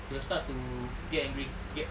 they will start to get angry get